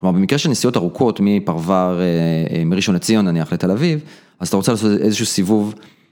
כלומר במקרה של נסיעות ארוכות מפרוואר מראשון לציון נניח לתל אביב אז אתה רוצה לעשות איזשהו סיבוב.